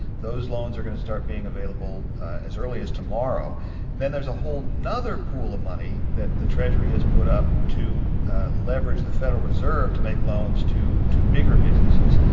those loans are going to start being available as early as tomorrow and then there's a whole nother pool of money that the treasury has put up to leverage the federal reserve to make loans to to bigger businesses.